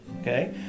okay